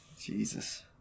Jesus